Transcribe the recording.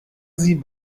sie